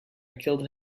killed